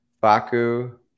Baku